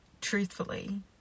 truthfully